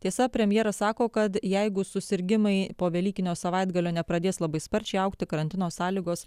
tiesa premjeras sako kad jeigu susirgimai po velykinio savaitgalio nepradės labai sparčiai augti karantino sąlygos